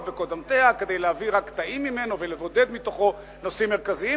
ובקודמותיה כדי להביא רק קטעים ממנו ולבודד מתוכו נושאים מרכזיים,